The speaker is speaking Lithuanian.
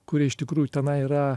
kurie iš tikrųjų tenai yra